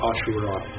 Ashura